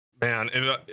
man